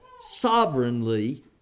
sovereignly